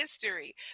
history